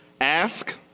Ask